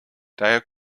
daher